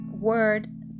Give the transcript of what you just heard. word